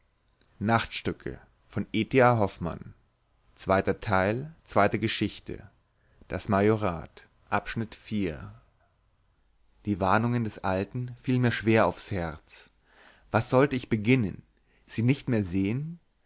die warnungen des alten fielen mir schwer aufs herz was sollte ich beginnen sie nicht mehr sehen